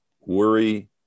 worry